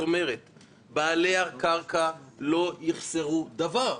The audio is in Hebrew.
ובעלי הקרקע לא יחסרו דבר.